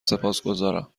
سپاسگزارم